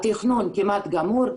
התכנון כמעט גמור,